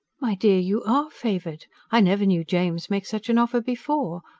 my dear, you are favoured! i never knew james make such an offer before,